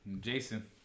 Jason